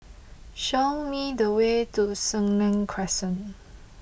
show me the way to Senang Crescent